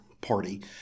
party